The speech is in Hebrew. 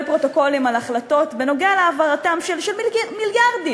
פרוטוקולים על החלטות בנוגע להעברתם של מיליארדים.